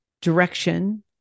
direction